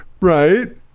Right